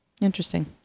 interesting